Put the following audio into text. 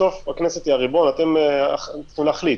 בסוף הכנסת היא הריבון, אתם צריכים להחליט.